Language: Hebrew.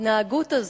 ההתנהגות הזאת,